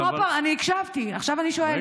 אני הקשבתי, עכשיו אני שואלת.